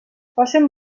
facen